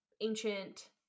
ancient